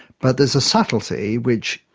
but there's a subtlety which,